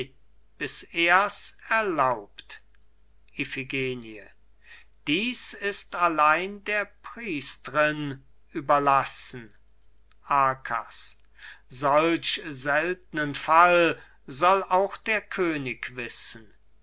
bis er's erlaubt iphigenie dieß ist allein der priestrin überlassen arkas solch seltnen fall soll auch der könig wissen